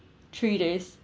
three days